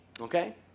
okay